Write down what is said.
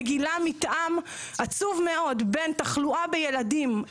וגילה מתאם עצוב מאוד בין תחלואה בילדים,